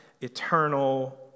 eternal